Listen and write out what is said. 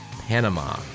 Panama